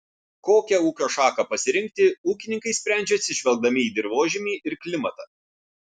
kokią ūkio šaką pasirinkti ūkininkai sprendžia atsižvelgdami į dirvožemį ir klimatą